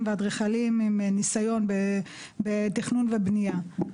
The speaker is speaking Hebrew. ואדריכלים עם ניסיון בתכנון ובנייה,